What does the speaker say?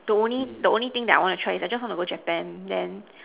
the only the only thing that I want to try is just I want to go to Japan then